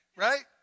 Right